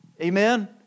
Amen